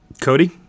Cody